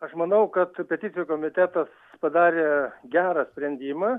aš manau kad peticijų komitetas padarė gerą sprendimą